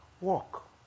Walk